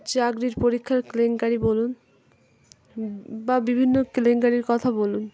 চাকরির পরীক্ষার কেলেঙ্কারি বলুন বা বিভিন্ন কেলেঙ্কারির কথা বলুন